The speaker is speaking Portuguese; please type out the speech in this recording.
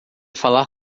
falar